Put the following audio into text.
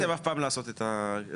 לא הצלחתם אף פעם לעשות שימוש בסעיף הזה.